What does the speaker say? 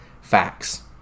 Facts